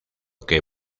que